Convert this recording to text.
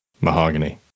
Mahogany